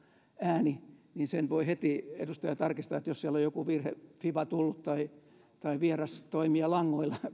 ääni listataan täällä niin sen voi heti edustaja tarkistaa että jos siellä on joku virhe fiba tullut tai tai vieras toimija langoilla